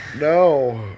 No